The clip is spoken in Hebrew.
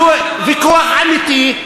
יהיה ויכוח אמיתי,